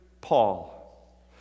Paul